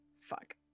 Fuck